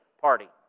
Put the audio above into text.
party